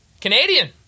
Canadian